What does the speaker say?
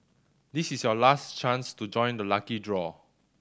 this is your last chance to join the lucky draw